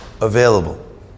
available